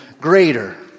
greater